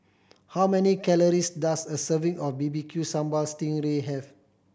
how many calories does a serving of B B Q Sambal sting ray have